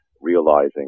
realizing